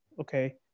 Okay